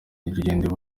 irengero